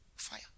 Fire